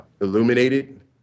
illuminated